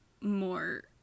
more